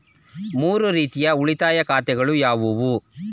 ಮೂರು ರೀತಿಯ ಉಳಿತಾಯ ಖಾತೆಗಳು ಯಾವುವು?